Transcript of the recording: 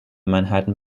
manhattan